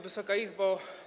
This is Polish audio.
Wysoka Izbo!